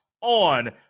On